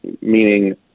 meaning